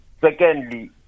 secondly